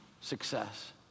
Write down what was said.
success